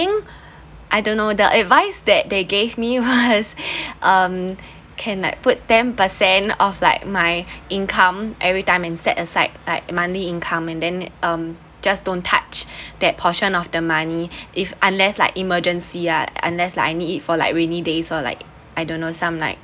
think I don’t know the advice that they gave me was um can like put ten percent of like my income everytime and set aside like monthly income and then um just don't touch that portion of the money if unless like emergency ah unless like I need it for like rainy days or like I don't know some like